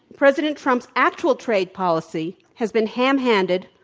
president trump's actual trade policy has been ham-handed,